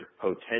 potential